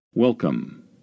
Welcome